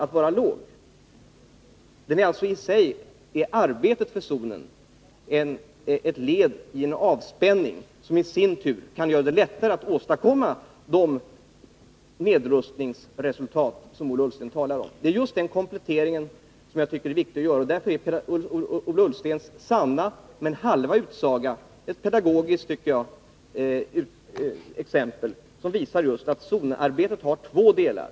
Detta arbete för att få till stånd zonen är alltså i sig ett led i en avspänning, som i sin tur kan göra det lättare att åstadkomma de nedrustningsresultat som Ola Ullsten talade om. Detta är just den komplettering som jag tycker det är viktigt att göra. Därför tycker jag Ola Ullstens sanna men halva utsaga är ett pedagogiskt exempel som visar att zonarbetet har två delar.